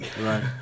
Right